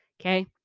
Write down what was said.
Okay